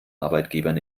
arbeitgebern